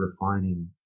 refining